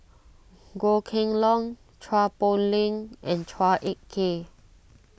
Goh Kheng Long Chua Poh Leng and Chua Ek Kay